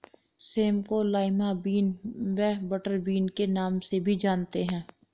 same को lima bean व butter bean के नाम से भी जानते हैं